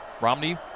Romney